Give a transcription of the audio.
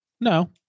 No